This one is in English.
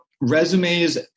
resumes